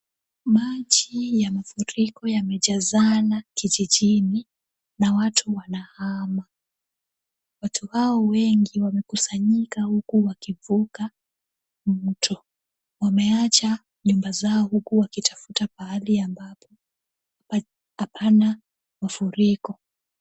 Maji ya mafuriko yamejazana kijijini, na watu wanahama. Watu hao wengi wamekusanyika, huku wakivuka mto. Wameacha nyumba zao, huku wakitafuta pahali ambapo hapana mafuriko.